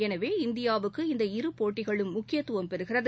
எனவே இந்தியாவுக்கு இந்த இரு போட்டிகளும் முக்கியத்துவம் பெறுகிறது